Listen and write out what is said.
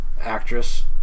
actress